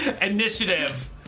Initiative